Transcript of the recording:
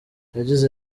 yagize